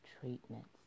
treatments